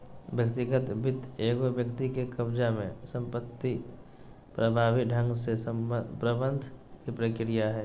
व्यक्तिगत वित्त एगो व्यक्ति के कब्ज़ा में संपत्ति प्रभावी ढंग से प्रबंधन के प्रक्रिया हइ